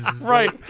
Right